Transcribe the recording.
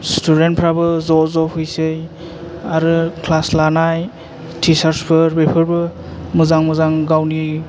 सिथुदेन्तफ्राबो ज' ज' फैसै आरो क्लास लानाय थिसारसफोर बेफोरबो मोजां मोजां गावनि